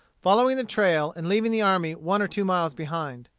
following their trail, and leaving the army one or two miles behind.